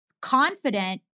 confident